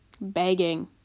begging